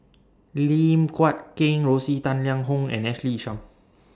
Lim Guat Kheng Rosie Tang Liang Hong and Ashley Isham